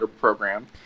program